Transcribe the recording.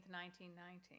1919